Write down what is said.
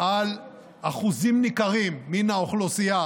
על אחוזים ניכרים מן האוכלוסייה,